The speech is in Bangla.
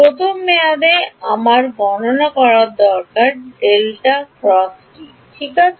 প্রথম মেয়াদে আমার গণনা করা দরকার ঠিক আছে